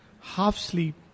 half-sleep